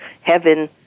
heaven